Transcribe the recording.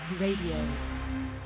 Radio